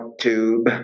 tube